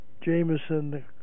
Jameson